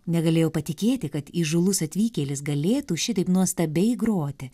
negalėjo patikėti kad įžūlus atvykėlis galėtų šitaip nuostabiai groti